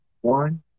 One